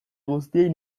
guztiei